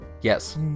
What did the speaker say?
Yes